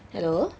hello